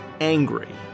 Angry